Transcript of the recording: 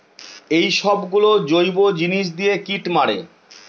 এইসব গুলো জৈব জিনিস দিয়ে কীট মারে